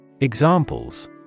Examples